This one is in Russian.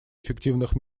эффективных